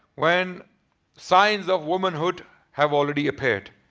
when signs of womanhood have already appeared.